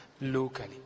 Locally